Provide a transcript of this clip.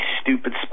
stupid